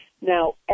Now